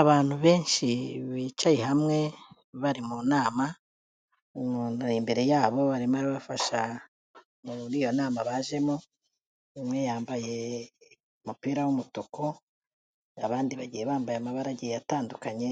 Abantu benshi bicaye hamwe bari mu nama, umuntu imbere yabo arimo arabafasha muri iyo nama bajemo, umwe yambaye umupira w'umutuku, abandi bagiye bambaye amabara agiye atandukanye